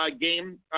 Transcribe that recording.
game